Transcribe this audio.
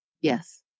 Yes